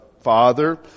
father